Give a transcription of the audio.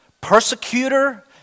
persecutor